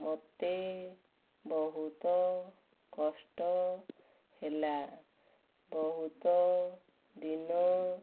ମୋତେ ବହୁତ କଷ୍ଟ ହେଲା ବହୁତ ଦିନ